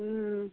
हुँ